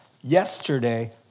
yesterday